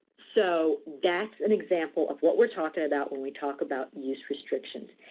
so that's an example of what we're talking about when we talk about use restrictions.